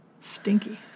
Stinky